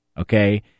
okay